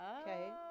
Okay